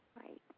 Right